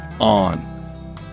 on